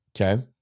Okay